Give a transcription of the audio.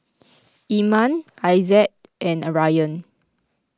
Iman Aizat and Ryan